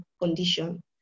condition